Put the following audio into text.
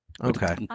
Okay